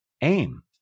aim